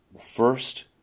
first